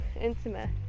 intimate